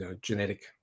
genetic